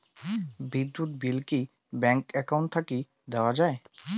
বিদ্যুৎ বিল কি bank account থাকি দেওয়া য়ায়?